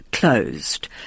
Closed